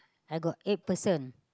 I got eight person